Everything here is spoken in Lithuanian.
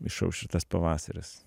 išauš ir tas pavasaris